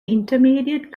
intermediate